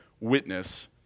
witness